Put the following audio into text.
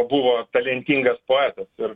buvo talentingas poetas ir